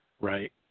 right